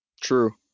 True